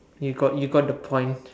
you got you got the point